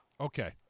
Okay